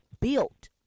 built